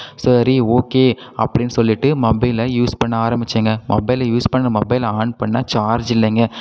சரி ஓகே அப்படின்னு சொல்லிட்டு மொபைலை யூஸ் பண்ண ஆரம்மிச்சேங்க மொபைலை யூஸ் பண்ண மொபைலை ஆன் பண்ணேன் சார்ஜ் இல்லைங்க